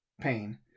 Pain